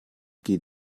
geht